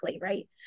right